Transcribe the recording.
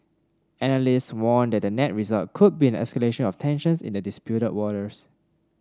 analysts warn that the net result could be an escalation of tensions in the disputed waters